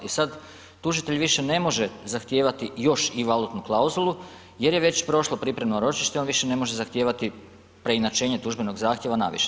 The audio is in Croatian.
I sada tužitelj više ne može zahtijevati još i valutnu klauzulu, jer je već prošlo pripremno ročište on više ne može zahtijevati preinačenje tužbenog zahtjeva na više.